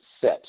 set